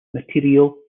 material